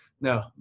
no